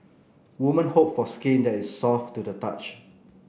woman hope for skin that is soft to the touch